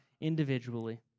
individually